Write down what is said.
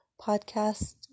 podcast